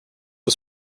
was